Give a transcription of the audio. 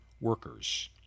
workers